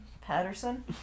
Patterson